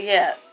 Yes